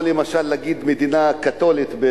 זה כמו להגיד, למשל, מדינה קתולית,